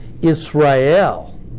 Israel